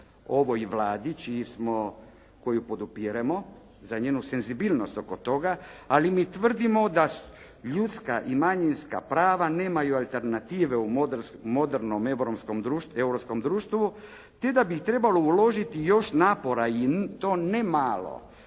ovoj Vladi koju podupiremo, za njenu senzibilnost oko toga, ali mi tvrdimo da ljuska i manjinska prava nemaju alternative u modernom europskom društvu te da bi trebalo uložiti još napora i to ne malo